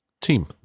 Team